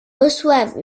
reçoivent